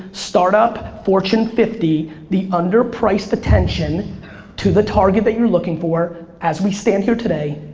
startup, fortune fifty, the underpriced attention to the target that you're looking for, as we stand here today,